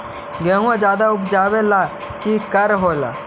गेहुमा ज्यादा उपजाबे ला की कर हो?